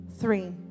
Three